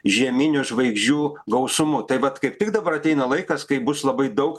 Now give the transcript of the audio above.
žieminių žvaigždžių gausumu tai vat kaip tik dabar ateina laikas kai bus labai daug